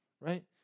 right